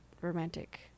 romantic